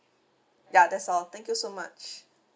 ya that's all thank you so much